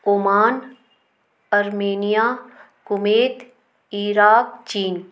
Oman Armenia Kuwait Iraq China